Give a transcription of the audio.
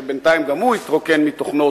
שבינתיים גם הוא התרוקן מתוכנו,